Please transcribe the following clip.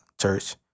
church